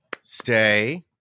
Stay